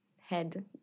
head